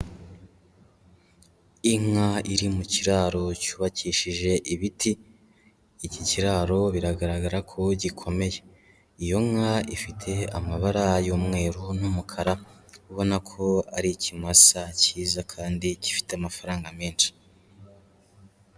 Inka iri mu kiraro cyubakishije ibiti, iki kiraro biragaragara ko gikomeye. Iyo nka ifite amabara y'umweru n'umukara, ubona ko ari ikimasa cyiza, kandi gifite amafaranga menshi.